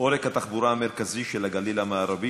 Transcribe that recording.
עורק התחבורה המרכזי של הגליל המערבי